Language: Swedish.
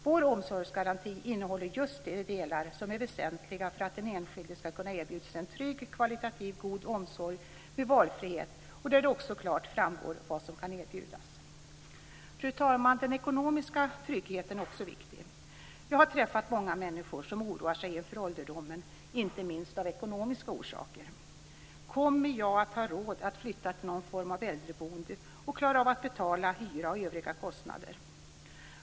Vår omsorgsgaranti innehåller just de delar som är väsentliga för att den enskilde ska kunna erbjudas en trygg kvalitativt god omsorg med valfrihet. Det ska också klart framgå vad som kan erbjudas. Fru talman! Den ekonomiska tryggheten är också viktig. Jag har träffat många människor som oroar sig inför ålderdomen, inte minst av ekonomiska orsaker. Kommer jag att ha råd att flytta till någon form av äldreboende och klara av att betala hyra och övriga kostnader.